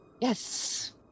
Yes